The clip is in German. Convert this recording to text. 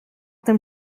dem